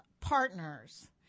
partners